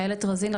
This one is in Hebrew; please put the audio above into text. לאילת רוזן,